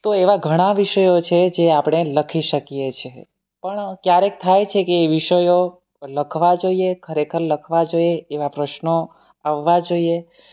તો એવા ઘણા વિષયો છે જે આપણે લખી શકીએ છીએ પણ ક્યારેક થાય છે કે વિષયો લખવા જોઈએ ખરેખર લખવા જોઈએ એવા પ્રશ્નો આવવા જોઇએ